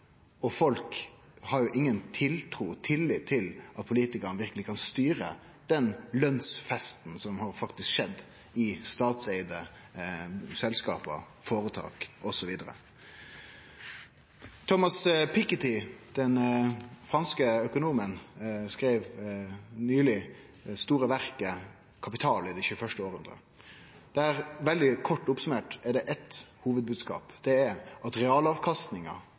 og folk har inga tiltru, ingen tillit til at politikarane verkeleg kan styre den lønsfesten som faktisk har skjedd i statseigde selskap, føretak osv. Thomas Piketty, den franske økonomen, skreiv nyleg det store verket «Kapitalen i det 21. århundre». Der er det – veldig kort summert opp – ein hovudbodskap: